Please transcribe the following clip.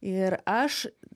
ir aš